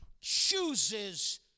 chooses